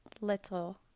little